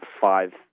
five